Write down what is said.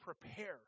prepare